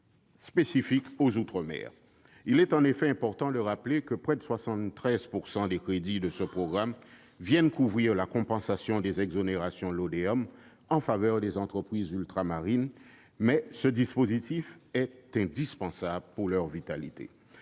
Il est en effet important de le rappeler, près de 73 % des crédits de ce programme viennent couvrir la compensation des exonérations Lodéom en faveur des entreprises ultramarines, mais ce dispositif est indispensable pour leur vitalité.